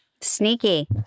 sneaky